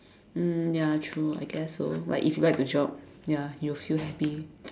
mm ya true I guess so like if you like the job ya you will feel happy